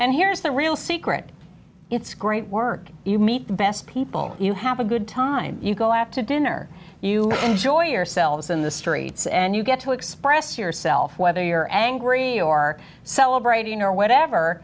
and here's the real secret it's great work you meet the best people and you have a good time you go out to dinner you enjoy yourselves in the story and you get to express yourself whether you're angry or celebrating or whatever